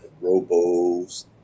Robo's